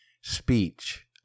speech